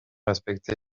respecté